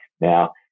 Now